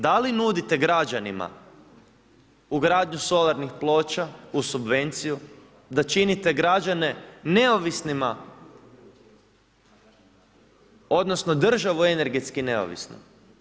Da li nudite građanima ugradnju solarnih ploča uz subvenciju da činite građane neovisnima odnosno državu energetski neovisnima?